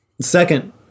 Second